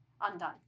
undone